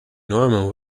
norman